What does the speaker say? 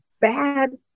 bad